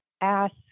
ask